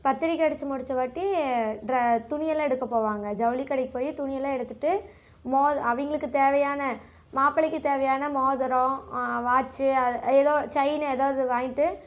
பத்திரிக்கை அடிச்சு முடிச்ச வாட்டி ட்ர துணியெல்லாம் எடுக்க போவாங்க ஜவுளிக்கடைக்கு போய் துணியெல்லாம் எடுத்துட்டு மோத அவங்களுக்கு தேவையான மாப்பிளைக்கு தேவையான மோதிரம் வாட்சி அது ஏதோ செயினு ஏதாவது வாங்கிட்டு